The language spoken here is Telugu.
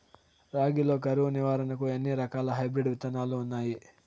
రాగి లో కరువు నివారణకు ఎన్ని రకాల హైబ్రిడ్ విత్తనాలు ఉన్నాయి